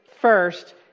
first